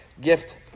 gift